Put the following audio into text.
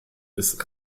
ist